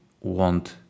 want